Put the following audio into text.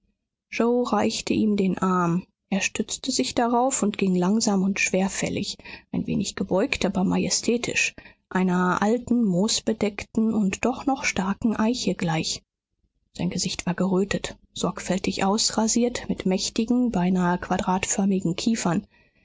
yoe reichte ihm den arm er stützte sich darauf und ging langsam und schwerfällig ein wenig gebeugt aber majestätisch einer alten moosbedeckten und doch noch starken eiche gleich sein gesicht war gerötet sorgfältig ausrasiert mit mächtigen beinahe quadratförmigen kiefern